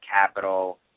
capital